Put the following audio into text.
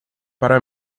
para